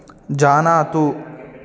जानातु